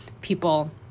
people